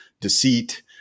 deceit